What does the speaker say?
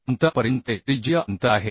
अंतरापर्यंतचे त्रिज्यीय अंतर आहे